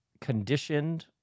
conditioned